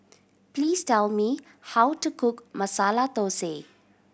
please tell me how to cook Masala Thosai